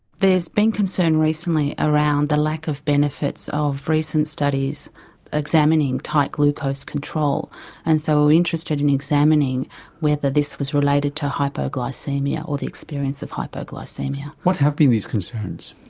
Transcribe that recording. there's been concern recently around the lack of benefits of recent studies examining tight glucose control and so we were interested in examining whether this was related to hypoglycaemia or the experience of hypoglycaemia. what have been these concerns?